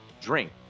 Drink